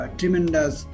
tremendous